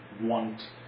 want